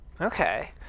okay